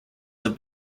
have